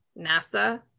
NASA